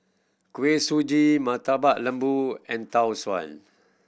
Kuih Suji Murtabak Lembu and Tau Suan